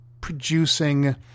producing